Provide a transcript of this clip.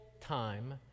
time